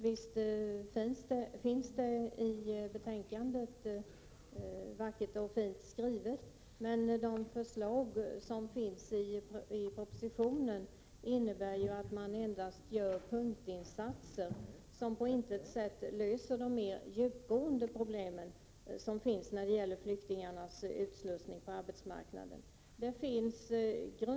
Visst finns det i betänkandet vackra ord, men de förslag som återfinns i propositionen innebär endast punktinsatser, vilka på intet sätt löser de mer djupgående problemen med flyktingarnas utslussning på arbetsmarknaden.